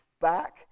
back